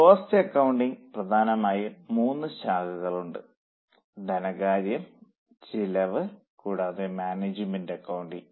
cost അക്കൌണ്ടിങ്ന് പ്രധാനമായും മൂന്നു ശാഖകളുണ്ട് ധനകാര്യം ചെലവ് കൂടാതെ മാനേജ്മെന്റ് അക്കൌണ്ടിംഗ്